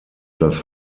das